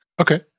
Okay